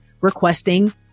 requesting